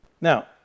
Now